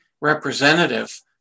representative